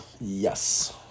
yes